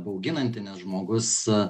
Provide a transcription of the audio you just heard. bauginanti nes žmogus